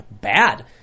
bad